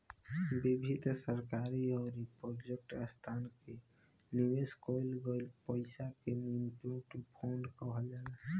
विभिन्न सरकारी अउरी प्राइवेट संस्थासन में निवेश कईल गईल पईसा के इन्वेस्टमेंट फंड कहल जाला